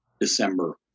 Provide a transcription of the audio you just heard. December